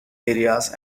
areas